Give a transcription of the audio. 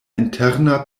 interna